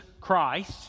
Christ